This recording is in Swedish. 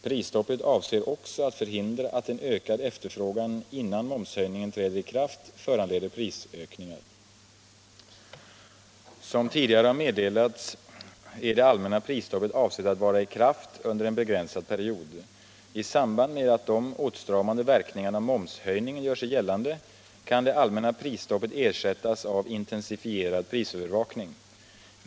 Prisstoppet avser också att förhindra att en ökad efterfrågan innan momshöjningen träder i kraft föranleder prisökningar. Som tidigare har meddelats är det allmänna prisstoppet avsett att vara i kraft under en begränsad period. I samband med att de åtstramande verkningarna av momshöjningen gör sig gällande kan det allmänna prisstoppet ersättas av intensifierad prisövervakning.